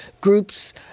groups